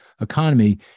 economy